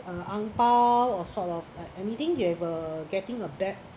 uh ang pao or sort of like anything you have uh getting a bag